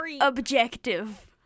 objective